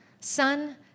Son